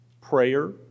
prayer